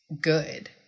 good